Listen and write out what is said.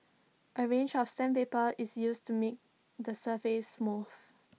A range of sandpaper is used to make the surface smooth